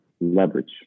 leverage